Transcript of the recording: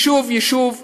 יישוב-יישוב,